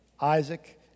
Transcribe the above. Isaac